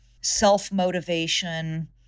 self-motivation